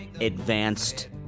advanced